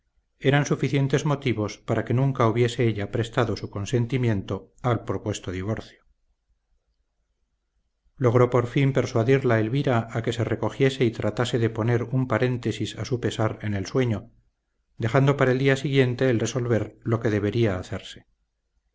eran suficientes motivos para que nunca hubiese ella prestado su consentimiento al propuesto divorcio logró por fin persuadirla elvira a que se recogiese y tratase de poner un paréntesis a su pesar en el sueño dejando para el día siguiente el resolver lo que debería hacerse